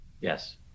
Yes